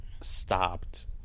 stopped